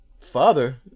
father